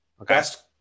Best